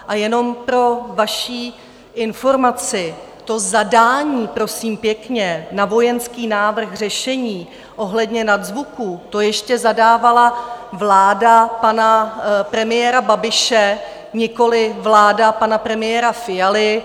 A jenom pro vaši informaci, to zadání, prosím pěkně, na vojenský návrh řešení ohledně nadzvuků, to ještě zadávala vláda pana premiéra Babiše, nikoliv vláda pana premiéra Fialy.